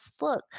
look